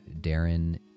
Darren